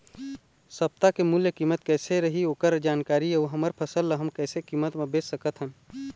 सप्ता के मूल्य कीमत कैसे रही ओकर जानकारी अऊ हमर फसल ला हम कैसे कीमत मा बेच सकत हन?